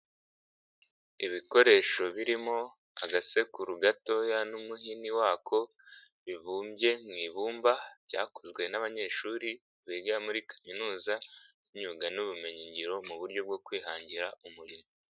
Ibikoresho birimo agasekuru gatoya n'umuhini wako, bibumbye mu ibumba, byakozwe n'abanyeshuri biga muri kaminuza y'imyuga n'ubumenyingiro mu buryo bwo kwihangira umurimo.